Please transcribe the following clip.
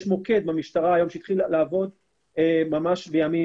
יש במשטרה מוקד שהתחיל לעבוד ממש בימים